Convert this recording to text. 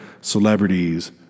Celebrities